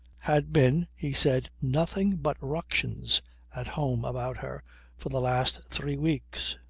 had been, he said, nothing but ructions at home about her for the last three weeks.